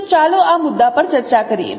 તો ચાલો આ મુદ્દા પર ચર્ચા કરીએ